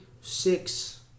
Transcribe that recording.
six